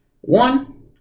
One